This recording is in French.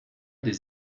des